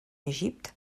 égypte